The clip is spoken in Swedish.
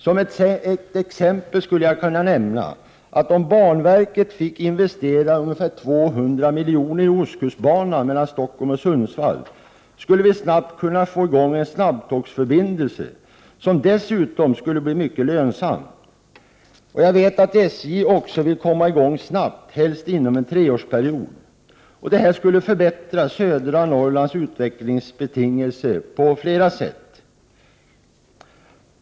Som ett exempel skulle jag kunna nämna, att om banverket fick investera ungefär 200 milj.kr. i ostkustbanan mellan Stockholm och Sundsvall, skulle vi snart kunna få i gång en snabbtågsförbindelse, som dessutom skulle bli mycket lönsam. Jag vet också att SJ vill komma i gång snabbt, helst inom en treårsperiod. Detta skulle på flera sätt förbättra södra Norrlands utvecklingsbetingelser.